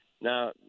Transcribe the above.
Now